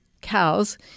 cows